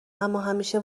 اماهمیشه